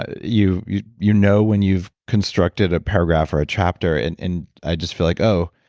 ah you you you know when you've constructed a paragraph or a chapter, and and i just feel like, oh,